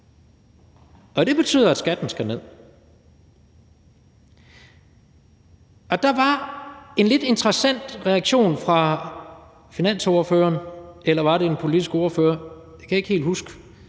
og det betyder, at skatten skal ned. Der var en lidt interessant reaktion fra finansordføreren, eller var det fra den politiske ordfører – det kan jeg ikke helt huske